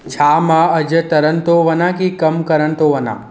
छा मां अॼु तरण तो वञा की कमु करण थो वञा